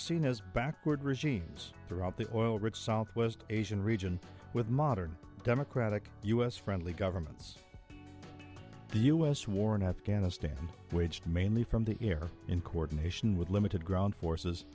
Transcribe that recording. seen as backward regimes throughout the oil rich southwest asian region with modern democratic u s friendly governments the u s war in afghanistan waged mainly from the air in coordination with limited ground forces